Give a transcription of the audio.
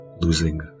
losing